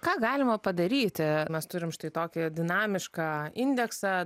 ką galima padaryti mes turim štai tokį dinamišką indeksą